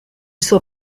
suo